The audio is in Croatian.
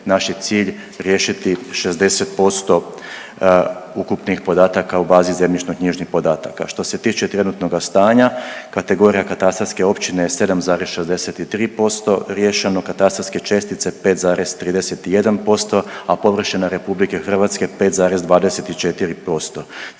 naš je cilj riješiti 60% ukupnih podataka u bazi zemljišno-knjižnih podataka. Što se tiče trenutnoga stanja, kategorija katastarske općine je 7,63% riješeno, katastarske čestice 5,31%, a površina RH 5,24%.